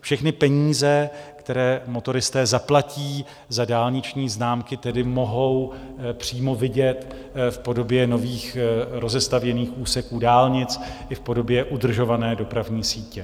Všechny peníze, které motoristé zaplatí za dálniční známky, tedy mohou přímo vidět v podobě nových rozestavěných úseků dálnic i v podobě udržované dopravní sítě.